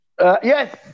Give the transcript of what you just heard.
Yes